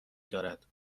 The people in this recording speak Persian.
دارد